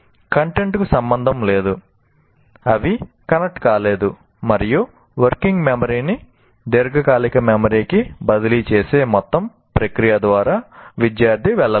కంటెంట్కు సంబంధం లేదు అవి కనెక్ట్ కాలేదు మరియు వర్కింగ్ మెమరీని దీర్ఘకాలిక మెమరీకి బదిలీ చేసే మొత్తం ప్రక్రియ ద్వారా విద్యార్థి వెళ్ళలేదు